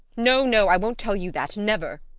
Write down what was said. no, no i won't tell you that! never!